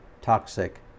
toxic